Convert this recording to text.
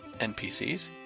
NPCs